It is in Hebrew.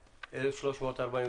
מ/1346.